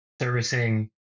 servicing